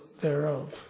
thereof